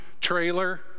trailer